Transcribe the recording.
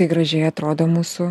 tai gražiai atrodo mūsų